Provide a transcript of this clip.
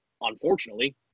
unfortunately